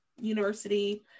university